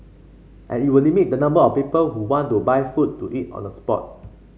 and it will limit the number of people who want to buy food to eat on the spot